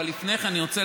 אבל לפני כן אני רוצה,